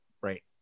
Right